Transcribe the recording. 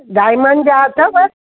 diamond जा अथव